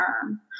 term